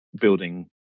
building